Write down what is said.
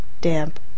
damp